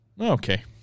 okay